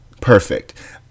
Perfect